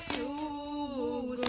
uu.